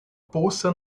poça